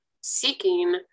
seeking